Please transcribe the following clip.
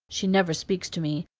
she never speaks to me,